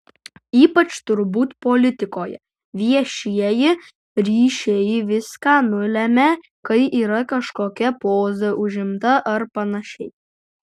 ypač turbūt politikoje viešieji ryšiai viską nulemia kai yra kažkokia poza užimta ar panašiai